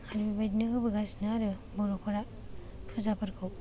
आरो बेबायदिनो होबोगासिनो आरो बर'फोरा फुजाफोरखौ